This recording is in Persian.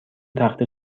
تخته